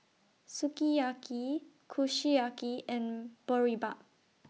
Sukiyaki Kushiyaki and Boribap